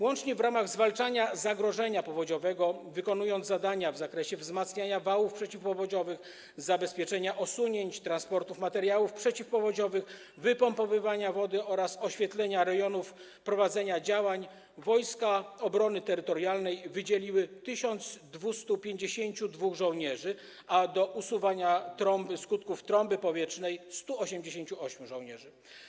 Łącznie w ramach zwalczania zagrożenia powodziowego do wykonywania zadań w zakresie wzmacniania wałów przeciwpowodziowych, zabezpieczania osunięć, transportu materiałów przeciwpowodziowych, wypompowywania wody oraz oświetlenia rejonów prowadzenia działań Wojska Obrony Terytorialnej wydzieliły 1252 żołnierzy, a do usuwania skutków trąby powietrznej - 188 żołnierzy.